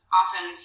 often